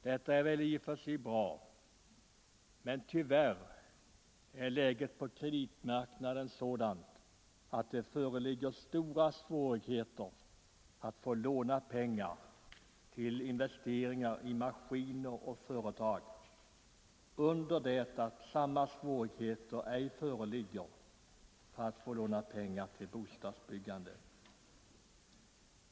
Detta är väl i och för sig bra, men tyvärr är läget på kreditmarknaden sådant att det föreligger stora svårigheter att få låna pengar till investeringar i maskiner och företag, under det att det ej är lika svårt att låna pengar till bostadsbyggande.